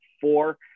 four